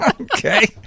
Okay